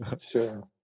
Sure